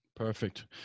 Perfect